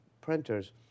Printers